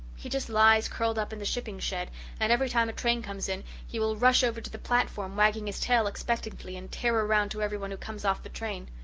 he just lies curled up in the shipping-shed, and every time a train comes in he will rush over to the platform, wagging his tail expectantly, and tear around to every one who comes off the train.